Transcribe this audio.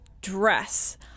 dress